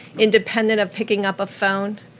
independent of picking up a phone.